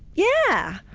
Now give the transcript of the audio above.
yeah,